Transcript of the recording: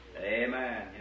Amen